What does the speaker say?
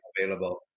available